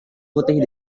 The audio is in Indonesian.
putih